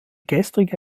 gestrige